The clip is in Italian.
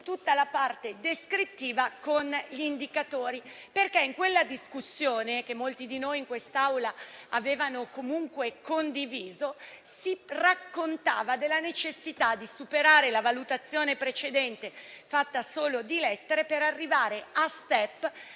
tutta la parte descrittiva con gli indicatori. In quella discussione, che molti di noi in quest'Aula avevano comunque condiviso, si raccontava della necessità di superare la valutazione precedente, fatta solo di lettere, per arrivare tramite